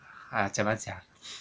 啊怎么讲